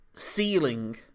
Ceiling